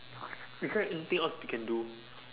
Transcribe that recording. is there anything else we can do